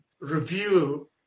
review